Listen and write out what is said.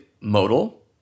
modal